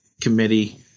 committee